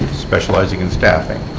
specializing in staffing.